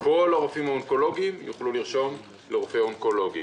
- כל הרופאים האונקולוגים יוכלו לרשום לחולה אונקולוגי,